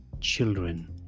children